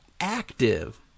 active